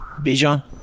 Bijan